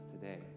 today